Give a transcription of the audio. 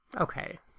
Okay